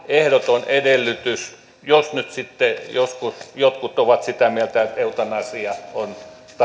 ehdoton edellytys jos nyt sitten joskus jotkut ovat sitä mieltä että eutanasia on